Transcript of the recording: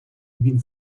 він